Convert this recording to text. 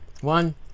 One